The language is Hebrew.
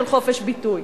של חופש ביטוי.